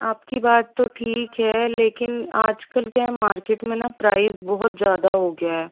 आपकी बात तो ठीक है लेकिन आजकल क्या है मार्केट में प्राइस बहुत ज़्यादा हो गया है